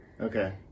Okay